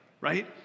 right